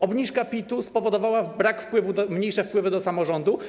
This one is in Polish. Obniżka PIT-u spowodowała brak wpływu, mniejsze wpływy do samorządu.